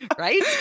Right